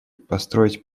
построить